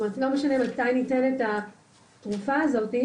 לא משנה מתי ניתן את התרופה הזאת,